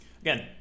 Again